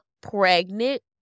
pregnant